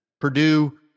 Purdue